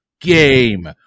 game